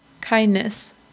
Kindness